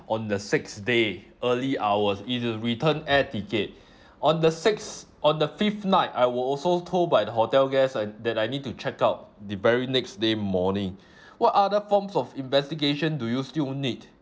on the sixth day early hours it's a return air ticket on the sixth on the fifth night I were also told by the hotel guest uh that I need to check out the very next day morning what other forms of investigation do you still need